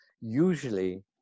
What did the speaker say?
usually